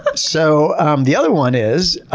ah so um the other one is,